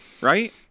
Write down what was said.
Right